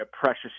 precious